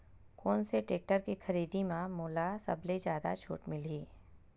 कोन से टेक्टर के खरीदी म मोला सबले जादा छुट मिलही?